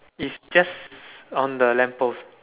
is just on the lamp post